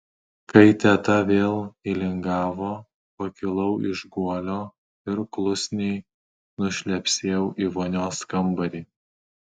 kai teta vėl įlingavo pakilau iš guolio ir klusniai nušlepsėjau į vonios kambarį